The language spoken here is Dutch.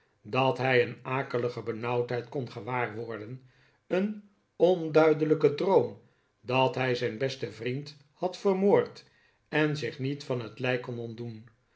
dat hij een akelige benauwdheid kon gewaarworden een onduidelijken droom dat hij zijn besten vriend had vermoord en zich niet van het lijk kon ontdoen